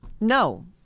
no